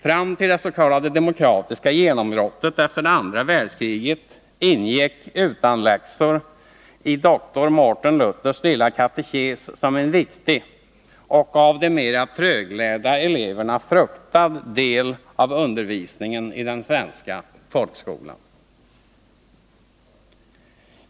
Fram till det s.k. demokratiska genombrottet efter det andra världskriget ingick utanläxor i doktor Martin Luthers lilla katekes som en viktig och av de mera tröglärda eleverna fruktad del av undervisningen i den svenska folkskolan.